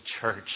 church